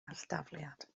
alldafliad